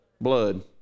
Blood